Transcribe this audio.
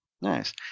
Nice